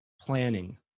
planning